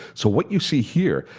so what you see here,